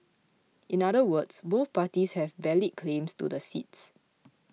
in other words both parties have valid claims to the seats